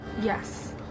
Yes